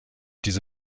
diese